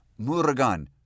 Murugan